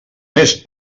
més